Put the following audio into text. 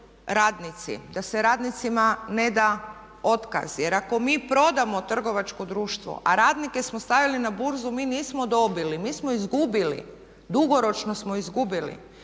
da se radnicima ne da otkaz. Jer ako mi prodamo trgovačko društvo, a radnike smo stavili na burzu mi nismo dobili, mi smo izgubili, dugoročno smo izgubili.